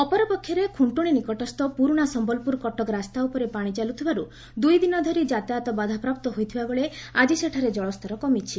ଅପରପକ୍ଷରେ ଖୁଣ୍ଣୁଶି ନିକଟସ୍ଥ ପୁରୁଶା ସମ୍ୟଲପୁର କଟକ ରାସ୍ତା ଉପରେ ପାଣି ଚାଲୁଥିବାରୁ ଦୁଇ ଦିନ ଧରି ଯାତାୟତ ବାଧାପ୍ରାପ୍ତ ହୋଇଥିବାବେଳେ ଆକି ସେଠାରେ କଳସ୍ତର କମିଛି